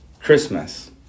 Christmas